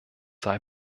sei